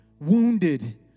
wounded